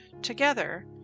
Together